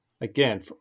again